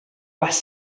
has